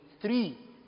Three